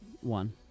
One